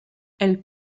elle